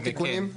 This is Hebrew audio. עוד תיקונים?